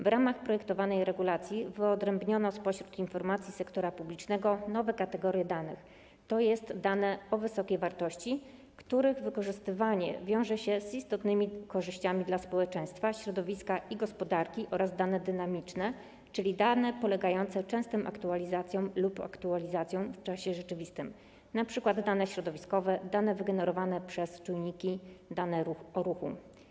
W ramach projektowanej regulacji wyodrębniono spośród informacji sektora publicznego nowe kategorie danych, tj. dane o wysokiej wartości, których wykorzystywanie wiąże się z istotnymi korzyściami dla społeczeństwa, środowiska i gospodarki, oraz dane dynamiczne, czyli dane podlegające częstym aktualizacjom lub aktualizacjom w czasie rzeczywistym, np. dane środowiskowe, dane wygenerowane przez czynniki, dane o ruchu.